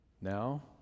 now